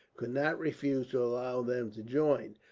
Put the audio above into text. could not refuse to allow them to join,